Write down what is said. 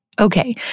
Okay